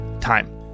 time